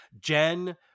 Jen